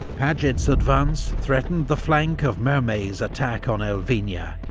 paget's advance threatened the flank of mermet's attack on elvina,